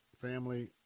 family